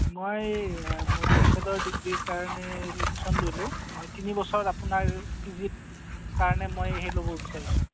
মই মোৰ বেচ্চেলৰ ডিগ্ৰীৰ কাৰণে হেৰি এডমিচন ল'লো মই তিনিবছৰ আপোনাৰ পি জিত কাৰণে মই সেই ল'ব বিচাৰিছোঁ